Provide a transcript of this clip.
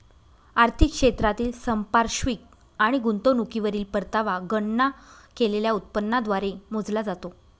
आर्थिक क्षेत्रातील संपार्श्विक आणि गुंतवणुकीवरील परतावा गणना केलेल्या उत्पन्नाद्वारे मोजला जातो